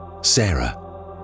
Sarah